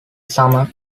summer